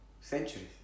centuries